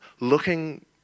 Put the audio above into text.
looking